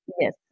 Yes